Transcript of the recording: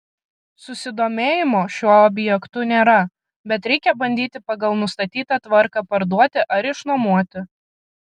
susidomėjimo šiuo objektu nėra bet reikia bandyti pagal nustatytą tvarką parduoti ar išnuomoti